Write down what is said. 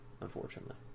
unfortunately